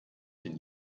den